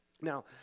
Now